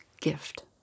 gift